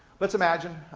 let's imagine,